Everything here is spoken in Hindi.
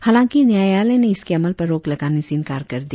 हालांकि न्यायालय ने इसके अमल पर रोक लगाने से इंकार कर दिया